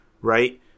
right